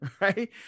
right